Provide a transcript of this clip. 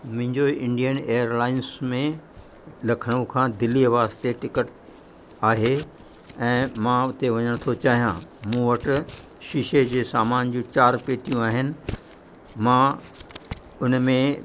मुंहिंजो Indian Airlines में लखनऊ खां दिल्लीअ वास्ते टिकट आहे ऐं मां उते वञणु थो चाहियां मूं वटि शीशे जे सामान जूं चार पेटियूं आहिनि मां उन में